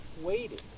waiting